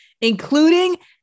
including